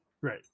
Right